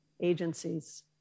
agencies